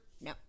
No